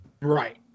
Right